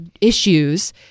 issues